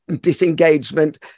disengagement